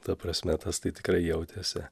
ta prasme tas tai tikrai jautėsi